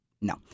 No